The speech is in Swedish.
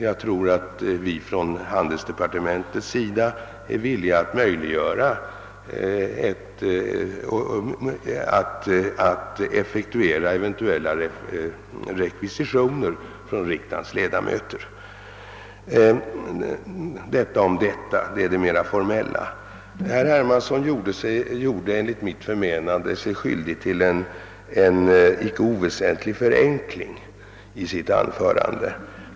Jag tror att vi inom handelsdepartementet är villiga att effektuera eventuella rekvisitioner från riksdagens ledamöter. — Detta om det mer formella. Herr Hermansson gjorde, enligt mitt förmenande, sig skyldig till en icke oväsentlig förenkling i sitt anförande.